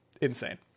insane